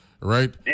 right